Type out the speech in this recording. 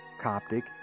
Coptic